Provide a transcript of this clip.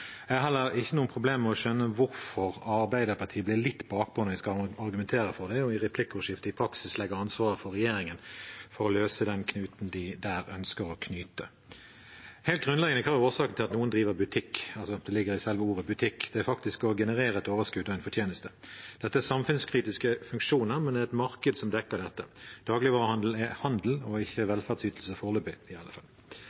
Jeg har heller ikke noen problemer med å skjønne hvorfor Arbeiderpartiet blir litt bakpå når de skal argumentere for det, og i replikkordskiftet i praksis legger ansvaret på regjeringen for å løse den knuten de der ønsker å knyte. Helt grunnleggende: Hva er årsaken til at noen driver butikk? Det ligger i selve ordet «butikk», det er faktisk å generere et overskudd og en fortjeneste. Dette er samfunnskritiske funksjoner, men det er et marked som dekker dette. Dagligvarehandel er handel og ikke